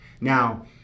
Now